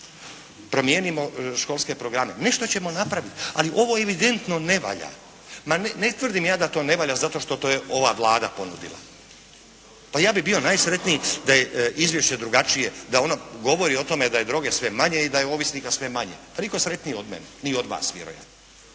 Promijenimo školske programe. Nešto ćemo napravit. Ali ovo evidentno ne valja. Ma, ne tvrdim ja da to ne valja zato što to je ova Vlada ponudila. Pa ja bi bio najsretniji da je izvješće drugačije, da ono govori o tome da je droge sve manje i da je ovisnika sve manje. Pa, nitko sretniji od mene. Ni od vas, vjerojatno.